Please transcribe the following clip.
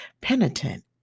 penitent